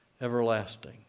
everlasting